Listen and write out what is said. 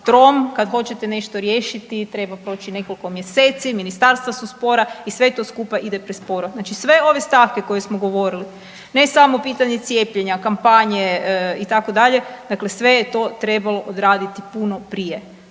trom, kad hoćete nešto riješiti, treba proći nekoliko mjeseci, ministarstva su spora i sve to skupa ide presporo. Znači sve ove stavke koje smo govorili, ne samo pitanje cijepljenja, kampanje, itd., dakle sve je to trebalo odraditi puno prije